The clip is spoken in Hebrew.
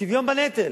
שוויון בנטל,